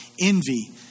envy